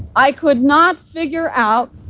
i could not figure out